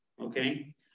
Okay